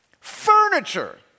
Furniture